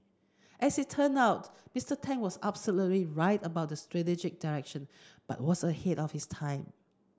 as it turned out Mister Tang was absolutely right about the strategic direction but was ahead of his time